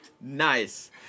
Nice